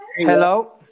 hello